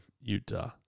Utah